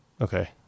Okay